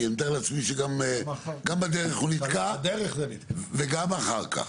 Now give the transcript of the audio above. כי אני מתאר לעצמי שגם בדרך הוא נתקע וגם אחר כך.